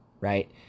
right